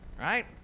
right